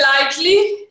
lightly